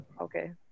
Okay